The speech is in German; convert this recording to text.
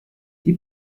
die